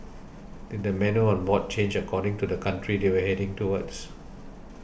did the menu on board change according to the country they were heading towards